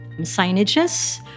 signages